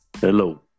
Hello